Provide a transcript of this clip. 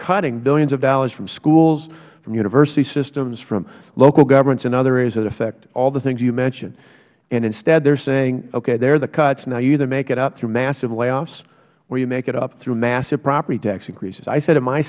cutting billions of dollars from schools from university systems from local governments and other areas that affect all the things you mentioned and instead they are saying okay there are the cuts now you either make it up through massive layoffs or you make it up through massive property tax increases i said in my